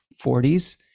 forties